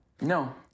No